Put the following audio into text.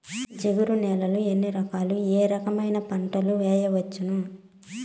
జిగురు నేలలు ఎన్ని రకాలు ఏ రకమైన పంటలు వేయవచ్చును?